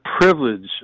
privilege